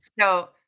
So-